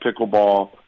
pickleball